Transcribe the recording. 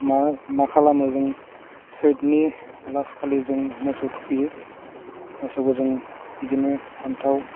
मा माखालामो जों सोदनि लास खालि जों मोसौ थुखैयो मोसौखौ जों बिदिनो फान्थाव